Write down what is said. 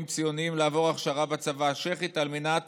ציוניים לעבור הכשרה בצבא הצ'כי על מנת